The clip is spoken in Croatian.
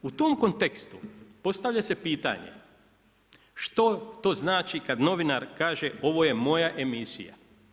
U tom kontekstu postavlja se pitanje što to znači kada novinar kaže ovo je moja emisija?